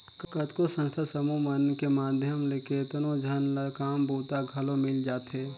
कतको संस्था समूह मन के माध्यम ले केतनो झन ल काम बूता घलो मिल जाथे